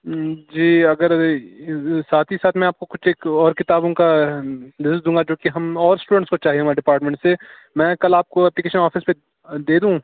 جی اگر ساتھ ہی ساتھ میں آپ کو کچھ ایک اور کتابوں کا بھیج دوں گا کیونکہ ہم اور اسٹوڈنٹس کو چاہیے ہمارے ڈپارٹمنٹ سے میں کل آپ کو اپلیکیشن آفس پہ دے دوں